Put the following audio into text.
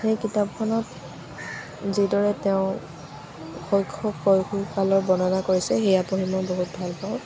সেই কিতাপখনত যিদৰে তেওঁ শৈশৱ কৈশোৰ কালৰ বৰ্ণনা কৰিছে সেয়া পঢ়ি মই বহুত ভাল পাওঁ